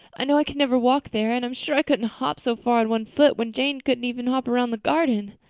i know i can never walk there. and i'm sure i couldn't hop so far on one foot when jane couldn't even hop around the garden.